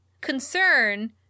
concern